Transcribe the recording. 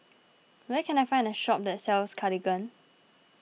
where can I find a shop that sells Cartigain